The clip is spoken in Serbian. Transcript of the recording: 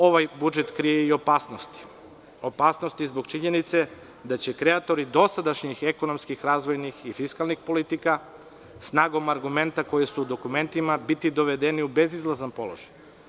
Ovaj budžet krije i opasnost, zbog činjenice da će kreatori dosadašnjih ekonomskih razvojnih i fiskalnih politika snagom argumenta koji su u dokumentima biti dovedeni u bezizlazan položaj.